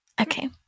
Okay